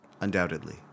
Undoubtedly